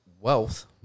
wealth